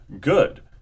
good